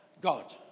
God